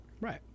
Right